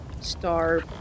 star